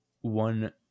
one